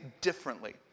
differently